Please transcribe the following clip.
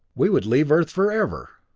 we would leave earth forever!